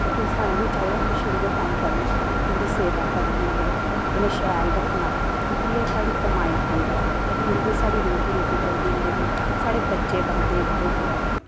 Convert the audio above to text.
ते फिर स्हानू बी चाही दा किश उं'दे तांईं करना इंदी सेवा करने न इयां शैल रक्खना की कि एह् साढ़ी कमाई दिंदियां अस इंदी साढ़ी रोज्जी रोट्टी चलदी इं'दे पर साढ़े बच्चे पलदे इं'दे पर